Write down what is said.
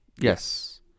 Yes